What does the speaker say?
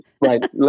right